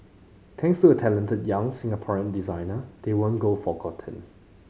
thanks to a talented young Singaporean designer they won't go forgotten